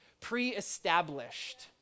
pre-established